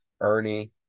Ernie